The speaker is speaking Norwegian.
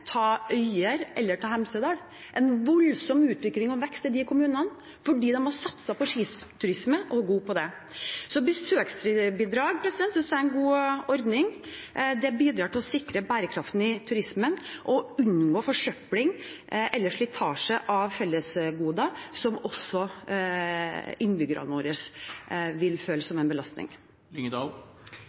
kommunene fordi de har satset på skiturisme og er gode på det. Besøksbidrag synes jeg er en god ordning. Det bidrar til å sikre bærekraften i turismen og til å unngå forsøpling eller slitasje av fellesgoder, som også innbyggerne våre vil føle som en belastning.